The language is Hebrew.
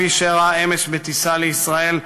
כפי שאירע אמש בטיסה לישראל,